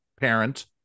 parent